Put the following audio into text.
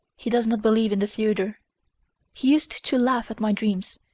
he does not believe in the theatre he used to laugh at my dreams,